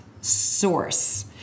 source